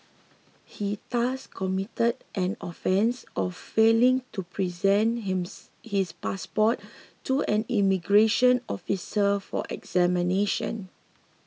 he thus committed an offence of failing to present hims his passport to an immigration officer for examination